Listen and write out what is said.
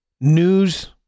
news